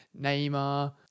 Neymar